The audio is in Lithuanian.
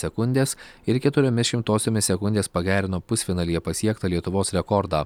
sekundės ir keturiomis šimtosiomis sekundės pagerino pusfinalyje pasiektą lietuvos rekordą